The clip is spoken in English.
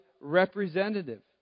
representative